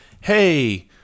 hey